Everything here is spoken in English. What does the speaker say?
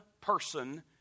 person